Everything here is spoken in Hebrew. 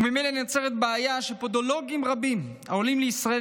וממילא נוצרת בעיה שפודולוגים רבים העולים לישראל